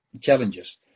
challenges